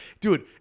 dude